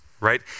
Right